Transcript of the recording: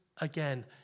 again